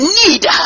need